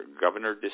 Governor